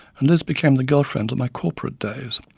and liz became the girlfriend of my corporate days.